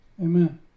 Amen